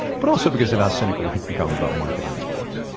but also because of how cynical we've become about marketing and sports?